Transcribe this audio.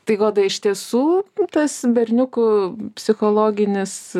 tai goda iš tiesų tas berniukų psichologinis